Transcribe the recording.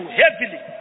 heavily